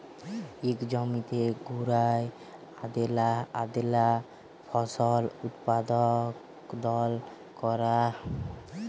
ইক জমিতে ঘুরায় আলেদা আলেদা ফসল উৎপাদল ক্যরা